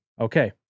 Okay